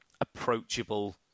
approachable